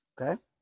Okay